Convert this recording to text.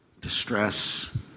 distress